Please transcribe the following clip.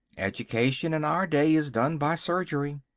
education in our day is done by surgery.